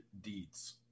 deeds